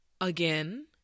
Again